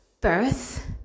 birth